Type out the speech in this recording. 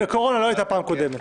כי הקורונה לא הייתה בפעם הקודמת,